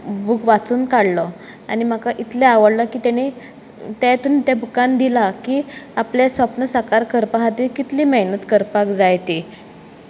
book वाचून काडलो आनी म्हाका इतलें आवडलो की तेणी तातून त्या बुकान दिला की आपलें स्वप्न साकार करपा कातीर कितली मेहनत करपाक जाय ती